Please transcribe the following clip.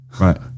Right